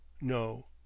No